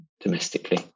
domestically